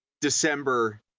december